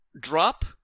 Drop